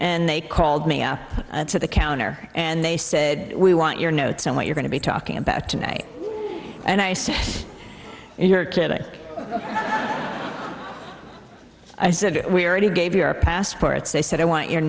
and they called me up to the counter and they said we want your notes on what you're going to be talking about today and i said you're kidding i said we already gave you our passports they said i want your